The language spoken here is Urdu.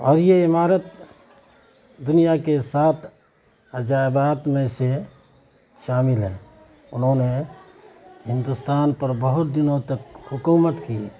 اور یہ عمارت دنیا کے سات عجائبات میں سے شامل ہے انہوں نے ہندوستان پر بہت دنوں تک حکومت کی